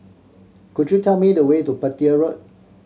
could you tell me the way to Petir Road